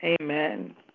amen